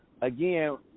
Again